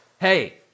hey